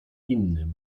innym